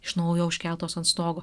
iš naujo užkeltos ant stogo